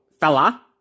fella